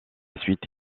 suite